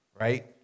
right